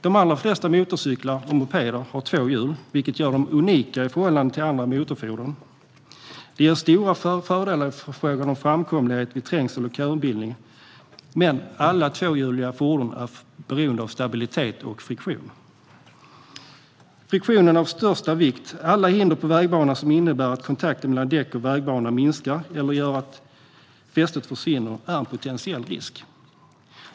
De allra flesta motorcyklar och mopeder har två hjul, vilket gör dem unika i förhållande till andra motorfordon. Det ger stora fördelar i form av framkomlighet vid trängsel och köbildning. Men alla tvåhjuliga fordon är beroende av stabilitet och friktion. Friktionen är av största vikt. Alla hinder på vägbanan som innebär att kontakten mellan däck och vägbana minskar eller gör att fästet försvinner är en potentiell risk.